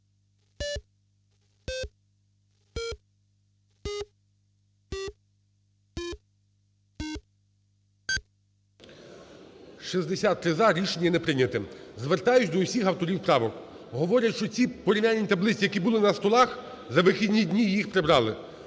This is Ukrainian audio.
За-63 Рішення не прийняте. Звертаюся до усіх авторів правок. Говорять, що ці порівняльні таблиці, що були на столах, за вихідні дні їх прибрали.